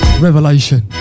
Revelation